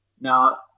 Now